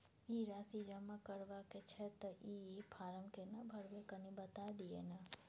ई राशि जमा करबा के छै त ई फारम केना भरबै, कनी बता दिय न?